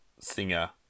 singer